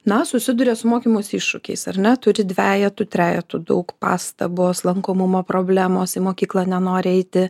na susiduria su mokymosi iššūkiais ar ne turi dvejetų trejetų daug pastabos lankomumo problemos į mokyklą nenori eiti